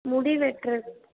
முடி வெட்டுற